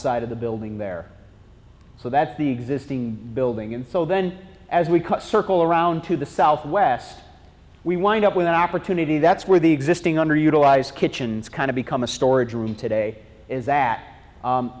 side of the building there so that the existing building and so then as we cut a circle around to the southwest we wind up with an opportunity that's where the existing underutilized kitchens kind of become a storage room today is that